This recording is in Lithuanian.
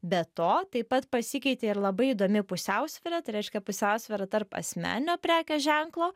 be to taip pat pasikeitė ir labai įdomi pusiausvyra tai reiškia pusiausvyra tarp asmeninio prekės ženklo